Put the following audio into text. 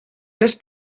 les